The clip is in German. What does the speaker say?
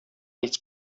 nichts